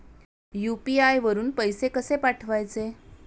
UPI वरून पैसे कसे पाठवायचे?